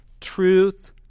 truth